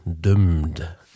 Doomed